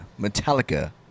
Metallica